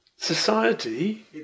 Society